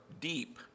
deep